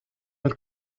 del